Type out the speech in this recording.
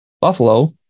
Buffalo